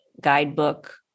guidebook